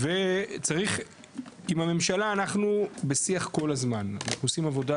ועם הממשלה אנחנו בשיח כל הזמן, אנחנו עושים עבודה